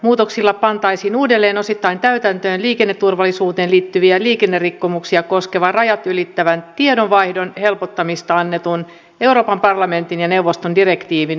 muutoksilla pantaisiin uudelleen osittain täytäntöön liikenneturvallisuuteen liittyviä liikennerikkomuksia koskevan rajat ylittävän tiedonvaihdon helpottamisesta annetun euroopan parlamentin ja neuvoston direktiivin velvoitteita